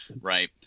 right